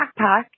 backpack